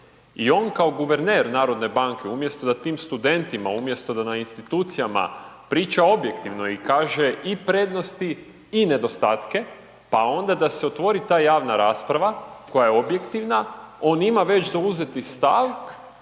i on kao guverner HNB umjesto da tim studentima, umjesto da na institucijama priča objektivno i kaže i prednosti i nedostatke, pa onda da se otvori ta javna rasprava koja je objektivna, on već ima zauzeti stav